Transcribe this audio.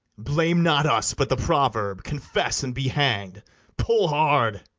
blame not us, but the proverb confess and be hanged pull hard.